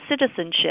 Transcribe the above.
citizenship